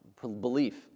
belief